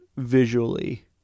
visually